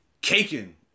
caking